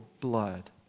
blood